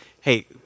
hey